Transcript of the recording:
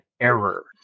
error